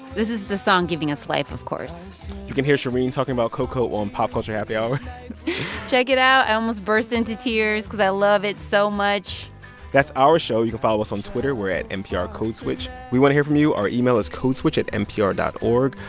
this is the song giving us life, of course you can hear shereen talking about coco on pop culture happy hour check it out. i almost burst into tears cause i love it so much that's our show. you can follow us on twitter. we're at nprcodeswitch. we want to hear from you. our email is codeswitch at npr dot o